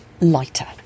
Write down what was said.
Lighter